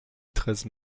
treize